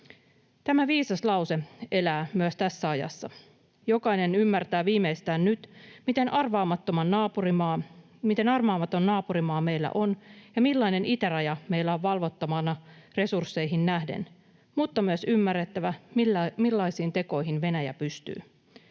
Tämä viisas lause elää myös tässä ajassa. Jokainen ymmärtää viimeistään nyt, miten arvaamaton naapurimaa meillä on ja millainen itäraja meillä on valvottavana resursseihin nähden, mutta myös millaisiin tekoihin Venäjä pystyy.